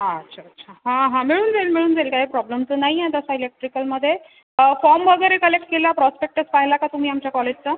अच्छा अच्छा हां हां मिळून जाईल मिळून जाईल काही प्रॉब्लेम तर नाही आहे तसा इलेक्ट्रिकलमध्ये फॉम वगैरे कलेक्ट केला प्रॉस्पेक्टस पाहिला का तुम्ही आमच्या कॉलेजचा